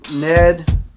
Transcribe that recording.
Ned